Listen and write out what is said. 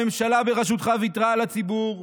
הממשלה בראשותך ויתרה על הציבור,